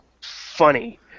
funny